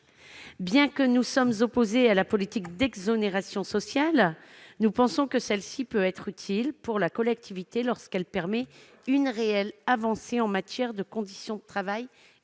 Bien que nous soyons opposés à la politique d'exonérations sociales, nous pensons que celle-ci peut être utile pour la collectivité lorsqu'elle permet une réelle avancée en matière de conditions de travail